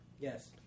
Yes